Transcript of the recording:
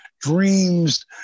dreams